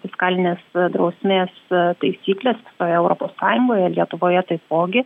fiskalinės drausmės taisyklės europos sąjungoje lietuvoje taipogi